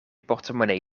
portemonnee